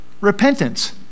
Repentance